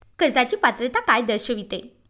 कर्जाची पात्रता काय दर्शविते?